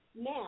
now